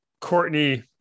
Courtney